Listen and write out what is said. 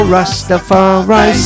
Rastafari